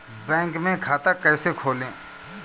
Bank में खाता कैसे खोलें?